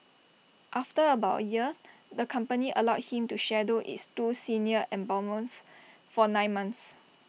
after about A year the company allowed him to shadow its two senior embalmers for nine months